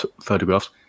photographs